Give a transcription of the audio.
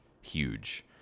huge